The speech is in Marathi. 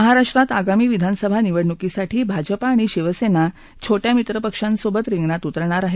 महाराष्ट्रात आगामी विधानसभा निवडणुकीसाठी भाजपा आणि शिवसेना छोट्या मित्रपक्षांसोबत रिगणात उतरणार आहे